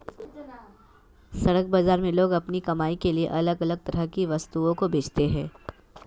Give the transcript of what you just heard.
सड़क बाजार में लोग अपनी कमाई के लिए अलग अलग तरह की वस्तुओं को बेचते है